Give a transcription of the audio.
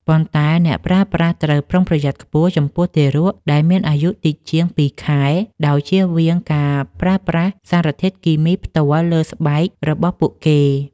ប៉ុន្តែអ្នកប្រើប្រាស់ត្រូវប្រុងប្រយ័ត្នខ្ពស់ចំពោះទារកដែលមានអាយុតិចជាងពីរខែ ដោយជៀសវាងការប្រើប្រាស់សារធាតុគីមីផ្ទាល់លើស្បែករបស់ពួកគេ។